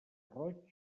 roig